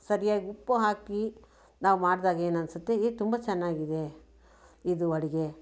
ಸರಿಯಾಗಿ ಉಪ್ಪು ಹಾಕಿ ನಾವು ಮಾಡಿದಾಗ ಏನು ಅನ್ಸತ್ತೆ ಏ ತುಂಬ ಚೆನ್ನಾಗಿದೆ ಇದು ಅಡುಗೆ